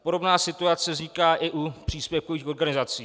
Podobná situace vzniká i u příspěvkových organizací.